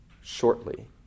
shortly